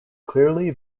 clearly